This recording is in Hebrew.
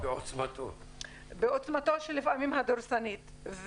לפעמים עוצמתו הדורסנית.